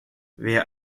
wer